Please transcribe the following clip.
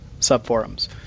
subforums